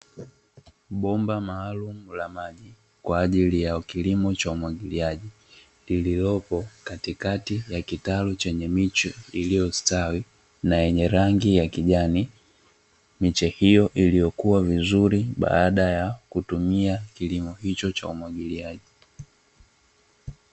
Bomba maalumu la maji kwa ajili ya kilimo cha umwagiliaji lililopo katikati ya kitaru chenye miche iliyostawi na yenye rangi ya kijani. Miche hiyo iliyokuwa vizuri baada ya kutumia kilimo hicho cha umwagiliaji.